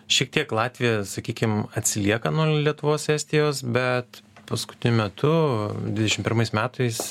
šiek tiek latvijoja sakykim atsilieka nuo lietuvos estijos bet paskutiniu metu dvidešim pirmais metais